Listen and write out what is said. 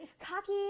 Cocky